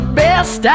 best